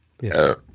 yes